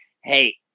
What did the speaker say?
hey